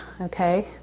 okay